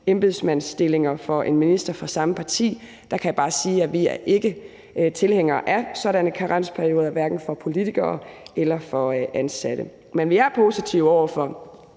i embedsmandsstillinger for en minister fra samme parti, kan jeg bare sige, at vi ikke er tilhængere af sådanne karensperioder, hverken for politikere eller for ansatte. Men vi er positive over for